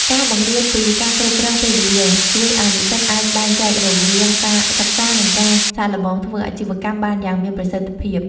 ការបង្រៀនពី "ការគ្រប់គ្រងពេលវេលា" ជួយឱ្យនិស្សិតអាចបែងចែករវាងការសិក្សា និងការសាកល្បងធ្វើអាជីវកម្មបានយ៉ាងមានប្រសិទ្ធភាព។